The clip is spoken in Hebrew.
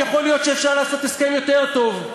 יכול להיות שאפשר לעשות הסכם יותר טוב,